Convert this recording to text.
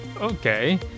okay